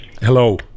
Hello